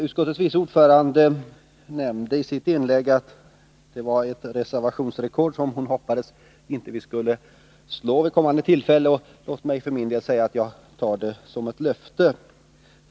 Utskottets vice ordförande nämnde i sitt inlägg att det var ett reservationsrekord som hon hoppades att vi inte skulle slå vid kommande tillfällen. Låt mig för min del säga att jag tar det som ett löfte.